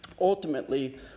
Ultimately